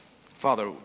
Father